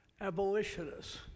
abolitionists